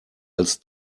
als